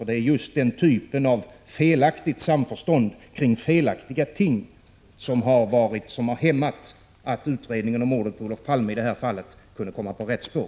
Det är just den typen av felaktigt samförstånd kring felaktiga frågor som har hämmat möjligheterna att få utredningen av mordet på Olof Palme på rätt spår.